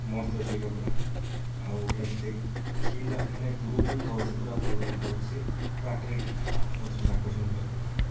ମସ୍ତ ଅଛି ଏଇଟା ପୁରା ଆଉ ଏଇଟା ଦେଖିଲା ମାନେ ଦୂରକୁ ବି ଭଲ ସେ ପୁରା ଦେଖାଯାଉଛି ଆଟ୍ରାକ୍ଟିଭ୍ ଅଛି ପୁରା ଆକର୍ଷଣୀୟ କରିବ ପଡ଼ିବ ପୁରା